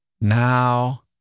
Now